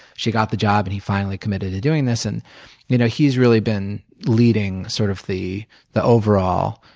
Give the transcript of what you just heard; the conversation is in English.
she got the job and he finally committed to doing this. and you know he's really been leading sort of the the overall,